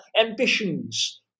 ambitions